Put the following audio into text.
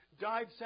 died